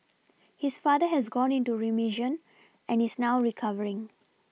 his father has gone into reMission and is now recovering